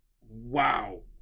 Wow